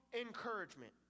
encouragement